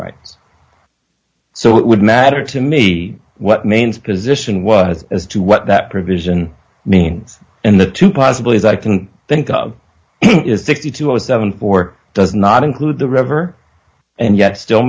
rights so it would matter to me what means position was as to what that provision means in the two possible ways i can think of is sixty two or seventy four does not include the river and yet still